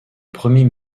premier